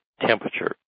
temperature